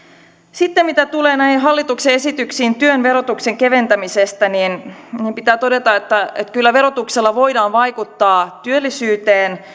mitä tulee näihin hallituksen esityksiin työn verotuksen keventämisestä niin minun pitää todeta että kyllä verotuksella voidaan vaikuttaa työllisyyteen